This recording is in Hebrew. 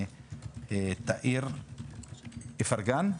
מתאיר איפרגן,